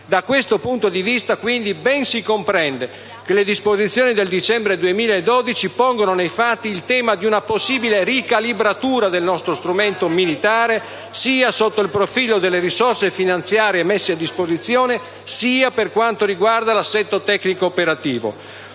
Da questo punto di vista, quindi, ben si comprende che le disposizioni del dicembre 2012 pongono nei fatti il tema di una possibile ricalibratura del nostro strumento militare, sia sotto il profilo delle risorse finanziarie messe a disposizione sia per quanto riguarda l'assetto tecnico-operativo.